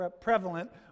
prevalent